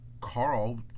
Carl